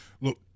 look